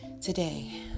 Today